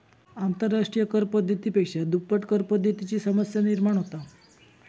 आंतरराष्ट्रिय कर पद्धती पेक्षा दुप्पट करपद्धतीची समस्या निर्माण होता